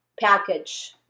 package